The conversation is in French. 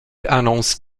annonce